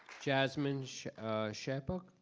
jasmine shareport,